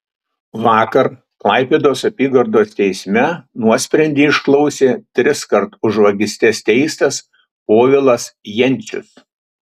vakar klaipėdos apygardos teisme nuosprendį išklausė triskart už vagystes teistas povilas jencius